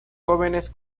jóvenes